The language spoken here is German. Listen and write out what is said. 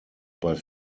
bei